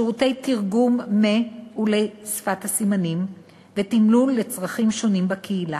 שירותי תרגום משפת הסימנים ולשפת הסימנים